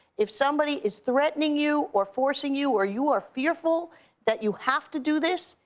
if somebody is threatening you or forcing you or you are fearful that you have to do this,